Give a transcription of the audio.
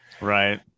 right